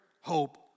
hope